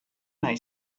may